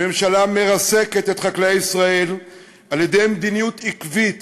הממשלה מרסקת את חקלאי ישראל על-ידי מדיניות עקבית